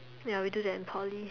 ya we do that in Poly